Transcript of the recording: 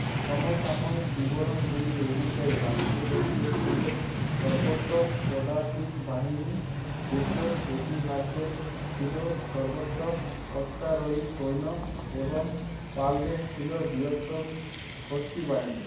সমসাময়িক বিবরণগুলি অনুযায়ী রাষ্ট্রকূটদের ছিল সর্বোত্তম পদাতিক বাহিনী গুর্জর প্রতিহারদের ছিল সর্বোত্তম অশ্বারোহী সৈন্য এবং পালদের ছিল বৃহত্তম হস্তী বাহিনী